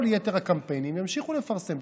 כל יתר הקמפיינים ימשיכו לפרסם,